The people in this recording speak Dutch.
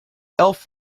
elf